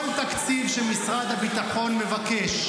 כל תקציב שמשרד הביטחון מבקש,